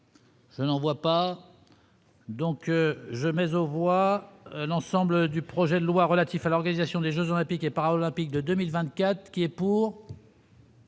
Je n'en vois pas donc Genève l'ensemble du projet de loi relatif à l'organisation des Jeux olympiques et paralympiques de 2024 qui est pour.